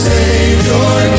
Savior